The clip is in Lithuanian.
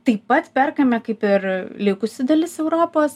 taip pat perkame kaip ir likusi dalis europos